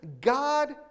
God